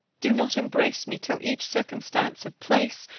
do not embrace me till each circumstance of place,